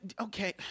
Okay